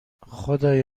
خدای